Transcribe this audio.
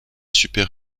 super